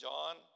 John